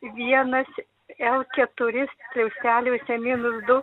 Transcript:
vienas l keturi skliausteliuose minus du